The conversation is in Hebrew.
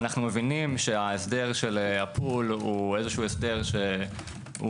אנו מבינים שההסדר של הפול הוא הסדר שהוא